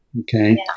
Okay